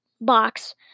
box